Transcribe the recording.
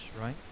right